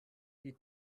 die